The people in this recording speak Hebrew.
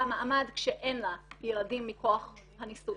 מעמד כשאין לה ילדים מכח הנישואין.